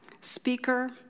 speaker